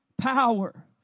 power